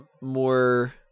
more